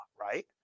right